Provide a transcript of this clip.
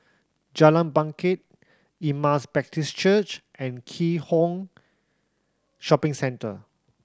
Jalan Bangket Emmaus Baptist Church and Keat Hong Shopping Centre